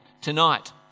tonight